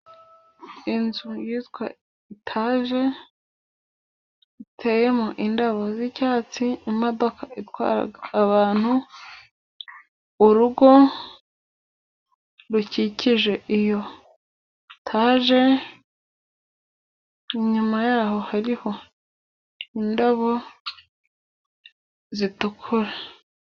Inzu yitwa tage iteyemo indabo z'icyatsi, imodoka itwara abantu, urugo rukikije iyo tage, inyuma yaho hariho indabo zitukura.